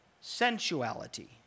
Sensuality